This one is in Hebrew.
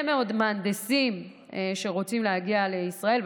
מאוד מהנדסים שרוצים להגיע לישראל,